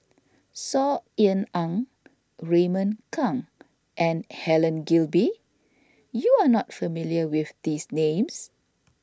Saw Ean Ang Raymond Kang and Helen Gilbey you are not familiar with these names